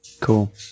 Cool